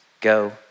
Go